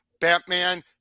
Batman